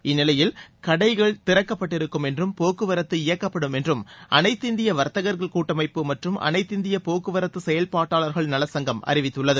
இந்நிலையில் கடைகள் திறக்கப்பட்டிருக்கும் என்றும் போக்குவரத்து இயக்குப்படும் என்றும் அனைத்து இந்திய வர்த்தக்கள் கூட்டமைப்பு மற்றும் அனைத்திந்திய போக்குவரத்து செயல்பாட்டாளர்கள் நலச்சங்கம் அறிவித்துள்ளது